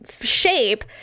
shape